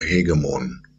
hegemon